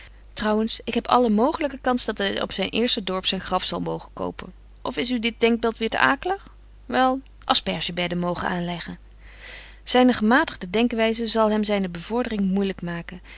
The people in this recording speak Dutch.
trouwens ik heb alle mogelyke kans dat hy op zyn eerste dorp zyn graf zal mogen kopen of is u dit denkbeeld weer te akelig wel asperge bedden mogen aanleggen zyne gematigde denkwyze zal hem zyne bevordering moeilyk maken